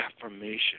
affirmation